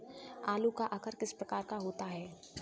आलू का आकार किस प्रकार का होता है?